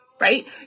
right